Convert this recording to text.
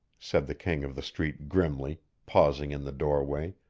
said the king of the street grimly, pausing in the doorway,